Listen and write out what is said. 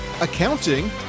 accounting